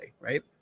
right